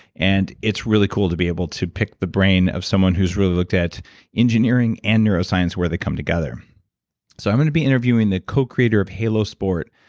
and it's really cool to be able to pick the brain of someone who's really looked at engineering and neuroscience, where they come together so i'm going to be interviewing the co-creator of halo sport,